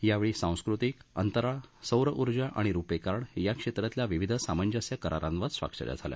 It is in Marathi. यावेळी सांस्कृतिक अंतराळ सौर ऊर्जा आणि रुपे कार्ड या क्षेत्रातल्या विविध सामंजस्य करारांवर स्वाक्ष या झाल्या